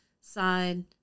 side